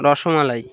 rasmalai